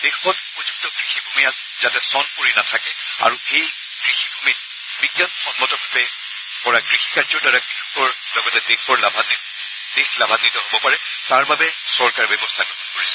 দেশত উপযুক্ত কৃষিভুমি যাতে ছন পৰি নাথাকে আৰু এই ভূমিসমূহত বিজ্ঞানসন্মতভাৱে কৰা কৃষিকাৰ্যৰ দ্বাৰা কৃষকৰ লগতে দেশ লাভাঘিত হব পাৰে তাৰ বাবে চৰকাৰে ব্যৱস্থা গ্ৰহণ কৰিছে